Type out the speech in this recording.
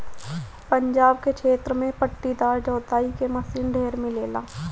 पंजाब के क्षेत्र में पट्टीदार जोताई क मशीन ढेर मिलेला